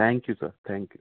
thank you sir thank you